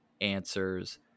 answers